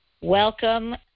Welcome